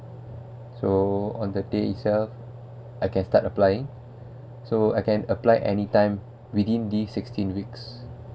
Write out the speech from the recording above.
so on the day itself I can start applying so I can apply anytime within this sixteen weeks